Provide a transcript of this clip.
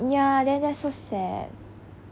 ya then that's so sad